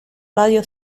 radio